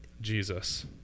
Jesus